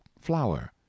flour